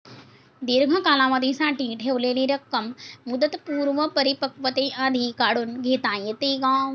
दीर्घ कालावधीसाठी ठेवलेली रक्कम मुदतपूर्व परिपक्वतेआधी काढून घेता येते का?